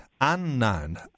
unknown